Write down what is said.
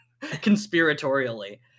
conspiratorially